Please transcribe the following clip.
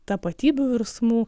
tapatybių virsmų